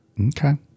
Okay